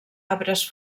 arbres